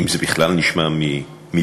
אם זה בכלל נשמע מפי,